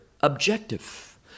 objective